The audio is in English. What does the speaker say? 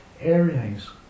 everything's